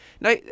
Now